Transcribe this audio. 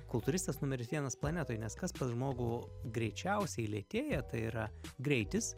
kultūristas numeris vienas planetoj nes kas pas žmogų greičiausiai lėtėja tai yra greitis